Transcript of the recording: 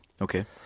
Okay